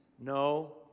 No